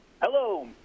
Hello